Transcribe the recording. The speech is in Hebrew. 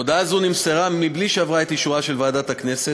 הודעה זו נמסרה מבלי שעברה את אישורה של ועדת הכנסת.